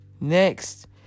Next